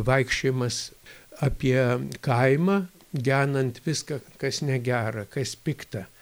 vaikščiojimas apie kaimą genant viską kas negera kas pikta